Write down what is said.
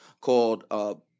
called